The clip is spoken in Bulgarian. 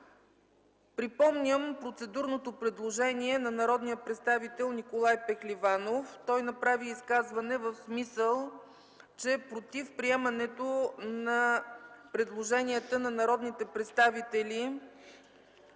Припомням процедурното предложение на народния представител Николай Пехливанов. Той направи изказване в смисъл, че е против приемането на предложенията на народните представители